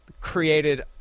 created